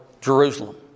Jerusalem